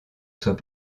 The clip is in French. soient